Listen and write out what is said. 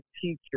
teacher